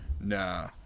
Nah